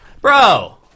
bro